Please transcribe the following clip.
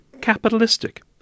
capitalistic